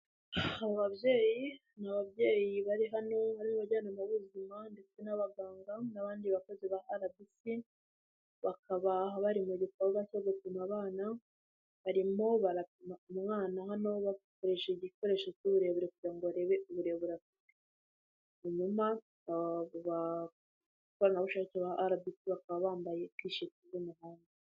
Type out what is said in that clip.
Ababyeyi ni ababyeyi bari hano harimo abajyanama b'ubuzima ndetse n'abaganga n'abandi bakozi ba rbc bakaba bari mu gikorwa cyo gupima abana, barimo barapima umwana hano bakoresha igikoresho cy'uburebure kugira ngo barebe uburebure afite, hanyuma abakoranabushake ba rbc bakaba bambaye t-shirt z'umuhondo.